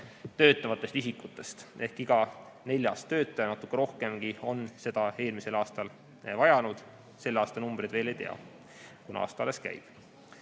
töötavatest isikutest. Ehk iga neljas töötaja, natuke rohkemgi, on seda eelmisel aastal vajanud. Selle aasta numbreid veel ei tea, kuna aasta alles